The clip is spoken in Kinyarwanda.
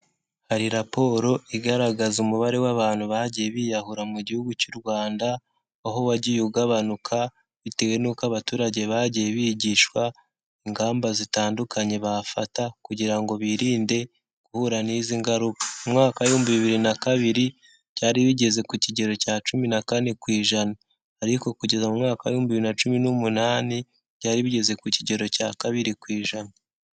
Hari raporo igaragaza umubare w'abantu bagiye biyahura mu gihugu cy'u Rwanda, aho wagiye ugabanuka bitewe n'uko abaturage bagiye bigishwa ingamba zitandukanye bafata kugira ngo birinde guhura n'izi naruka. Umwaka w'ibihumbi bibiri na kabiri, byari bigeze ku kigero cya cumi na kane ku ijana, ariko kugeza mu mwaka w'ibihumbi bibiri na cumi n'umunani byari bigeze ku kigero cya kabiri ku ijana.